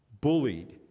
bullied